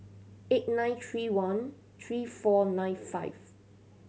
eight nine three one three four nine five